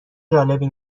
جالبی